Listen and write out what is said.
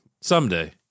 Someday